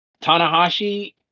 Tanahashi